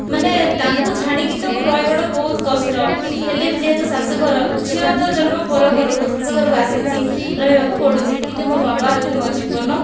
ମାନେ ତାଙ୍କୁ ଛାଡ଼ିକିତ ମୁଁ ରହିବାଟା ବହୁତ କଷ୍ଟ ହେଲେ ବି ଯେହେତୁ ଶାଶୁଘର ଝିଅ ତ ଜନ୍ମ ପରଘରକୁ ଶାଶୁ ଘରକୁ ଆସିଛି ରହିବାକୁ ପଡ଼ୁଛି କିନ୍ତୁ ମୋ' ବାବା ହେଉଛନ୍ତି ମୋ' ଜୀବନ